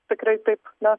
tikrai taip na